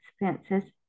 expenses